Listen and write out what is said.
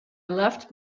left